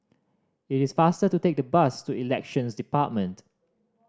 it is faster to take the bus to Elections Department